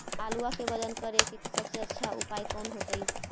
आलुआ के वजन करेके सबसे अच्छा उपाय कौन होतई?